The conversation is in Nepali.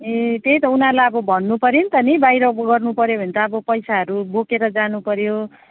ए त्यही त उनीहरूलाई अब भन्नुपर्यो नि त नि बाहिर गर्नुपर्यो भने त अब पैसाहरू बोकेर जानुपर्यो